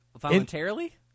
Voluntarily